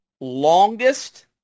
longest